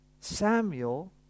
Samuel